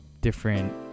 different